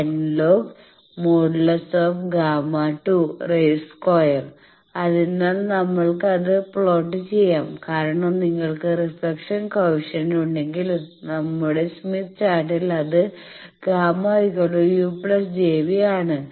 10 log|Γ|2 അതിനാൽ നമ്മൾക്ക് അത് പ്ലോട്ട് ചെയ്യാം കാരണം നിങ്ങൾക്ക് റീഫ്ലക്ഷൻ കോയെഫിഷ്യന്റ് ഉണ്ടെങ്കിൽ നമ്മളുടെ സ്മിത്ത് ചാർട്ടിൽ അത് Γu jv ആണ്